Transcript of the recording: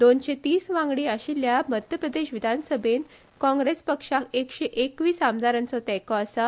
दोनशे तीस वांगडी आशिल्ल्या मध्यप्रदेश विधानसभेत काँग्रेस पक्षाक एकशे एकवीस आमदारांचो तेको आसा